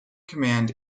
command